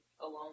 alone